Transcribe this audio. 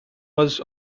was